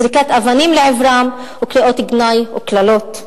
זריקת אבנים לעברם וקריאות גנאי וקללות.